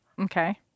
Okay